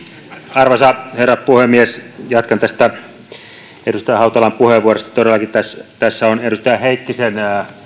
arvoisa herra puhemies jatkan tästä edustaja hautalan puheenvuorosta todellakin tässä tässä on edustaja heikkisen